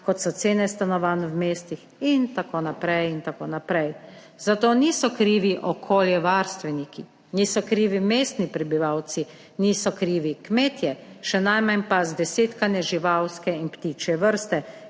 kot so cene stanovanj v mestih in tako naprej in tako naprej. Za to niso krivi okoljevarstveniki, niso krivi mestni prebivalci, niso krivi kmetje, še najmanj pa zdesetkane živalske in ptičje vrste,